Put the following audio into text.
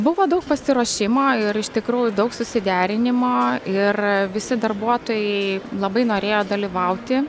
buvo daug pasiruošimo ir iš tikrųjų daug susiderinimo ir visi darbuotojai labai norėjo dalyvauti